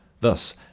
Thus